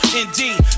indeed